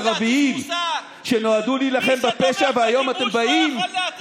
לנו אל תטיף מוסר, אדון שטייניץ.